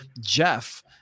Jeff